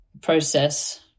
process